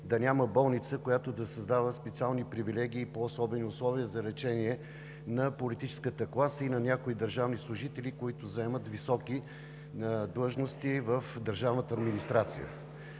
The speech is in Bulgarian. да няма болница, която да създава специални привилегии и по-особени условия за лечение на политическата класа и на някои държавни служители, които заемат високи длъжности в държавната администрация.